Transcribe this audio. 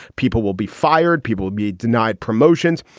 people will be fired. people be denied promotions.